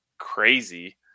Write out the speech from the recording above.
Crazy